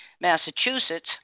Massachusetts